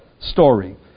story